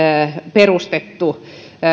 perustettu